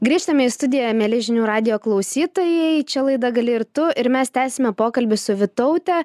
grįžtame į studiją mieli žinių radijo klausytojai čia laida gali ir tu ir mes tęsime pokalbį su vytaute